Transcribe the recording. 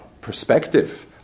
perspective